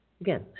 Again